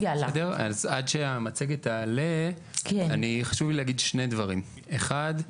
חשוב לי להגיד שני דברים, אחד,